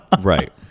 Right